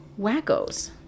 wackos